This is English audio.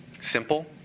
Simple